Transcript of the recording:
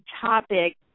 topic